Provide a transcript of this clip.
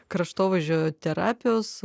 kraštovaizdžio terapijos